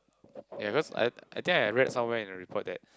ya because I I think I read somewhere in the report that